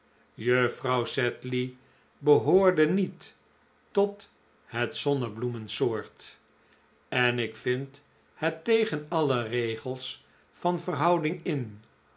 juffrouw sedley behoorde niet tot het zonnebloemensoort en ik vind het tegen alle regels van verhouding in